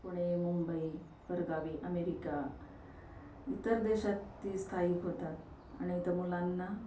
पुणे मुंबई परगावी अमेरिका इतर देशात ती स्थायिक होतात आणि इथं मुलांना